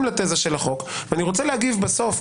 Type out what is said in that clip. לתזה של החוק ואני רוצה להגיב בסוף.